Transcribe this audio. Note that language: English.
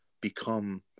become